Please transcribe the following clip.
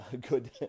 good